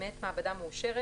מאת מעבדה מאושרת,